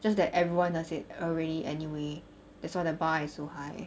just that everyone does it already anyway that's why the bar is so high